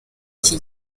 iki